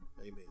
amen